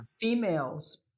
females